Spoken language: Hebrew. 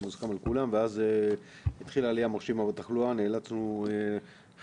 מוסכם על כולם ואז התחילה עלייה מרשימה בתחלואה ונאלצנו חלק